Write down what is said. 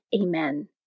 Amen